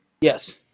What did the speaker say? Yes